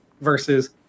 versus